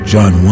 John